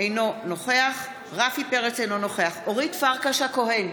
אינו נוכח רפי פרץ, אינו נוכח אורית פרקש הכהן,